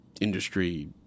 industry